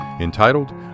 entitled